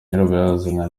nyirabayazana